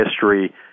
history